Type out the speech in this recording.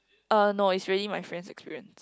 uh no it's really my friend's experience